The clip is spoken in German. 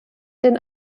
den